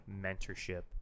mentorship